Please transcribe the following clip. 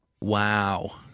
Wow